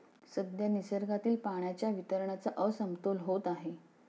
सध्या निसर्गातील पाण्याच्या वितरणाचा असमतोल होत आहे